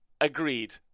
Agreed